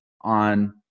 on